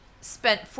Spent